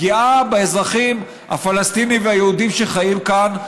פגיעה באזרחים הפלסטינים והיהודים שחיים כאן,